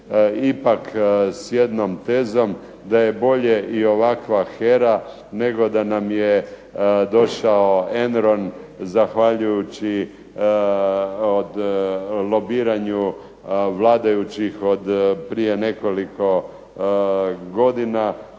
ipak s jednom tezom, da je bolje i ovakva HERA nego da nam je došao Enron, zahvaljujući lobiranju vladajućih od prije nekoliko godina.